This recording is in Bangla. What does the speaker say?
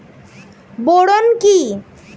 বোরন কি?